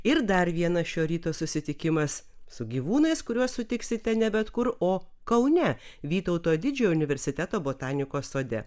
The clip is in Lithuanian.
ir dar vienas šio ryto susitikimas su gyvūnais kuriuos sutiksite ne bet kur o kaune vytauto didžiojo universiteto botanikos sode